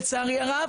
לצערי הרב